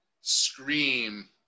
scream